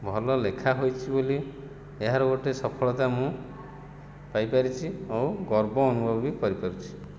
ଭଲ ଲେଖା ହେଇଛି ବୋଲି ଏହାର ଗୋଟେ ସଫଳତା ମୁଁ ପାଇପାରିଛି ଆଉ ଗର୍ବ ଅନୁଭବ ବି କରିପାରୁଛି